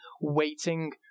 waiting